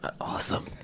Awesome